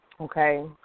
Okay